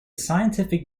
scientific